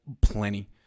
plenty